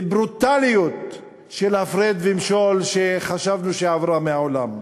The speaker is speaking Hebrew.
בברוטליות של הפרד ומשול שחשבנו שעברה מן העולם.